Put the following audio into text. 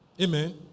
Amen